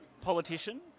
politician